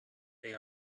they